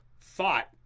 thought